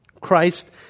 Christ